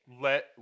Let